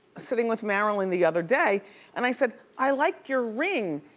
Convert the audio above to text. sitting with marilyn the other day and i said, i like your ring,